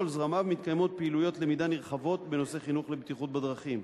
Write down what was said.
זרמיו מתקיימות פעילויות למידה נרחבות בנושא חינוך לבטיחות בדרכים.